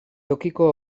tokiko